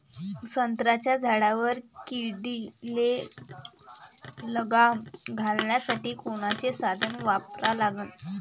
संत्र्याच्या झाडावर किडीले लगाम घालासाठी कोनचे साधनं वापरा लागन?